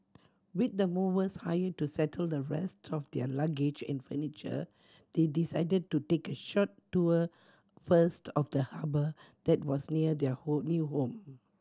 with the movers hired to settle the rest of their luggage and furniture they decided to take a short tour first of the harbour that was near their home new home